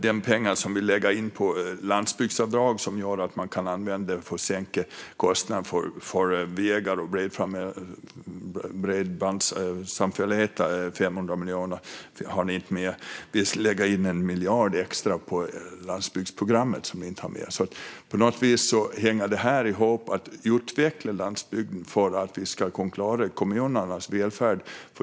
De pengar som vi lägger på landsbygdsavdrag och som gör att man kan sänka kostnaden för vägar och bredbandssamfälligheter - 500 miljoner - har ni inte med. Vi lägger 1 miljard extra på landsbygdsprogrammet, vilket ni inte har med. På något sätt hänger detta ihop - att utveckla landsbygden för att vi ska kunna klara kommunernas välfärd.